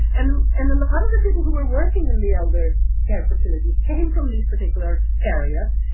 and and a lot of the people who were working in the elder care facilities came from these particular areas.